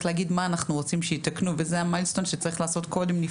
להגיד מה אנחנו רוצים שיתקנו וזה אבן הדרך שצריך לעשות קודם.